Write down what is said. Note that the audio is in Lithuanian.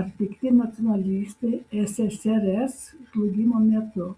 ar pikti nacionalistai ssrs žlugimo metu